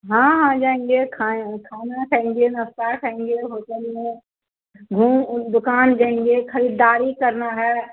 हाँ हाँ जाएँगे खाएँ खाना खाएँगे नाश्ता खाएँगे होटल में घूम उम दुकान जाएँगे खरीदारी करना है